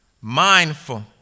mindful